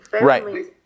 Right